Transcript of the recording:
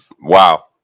wow